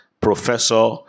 Professor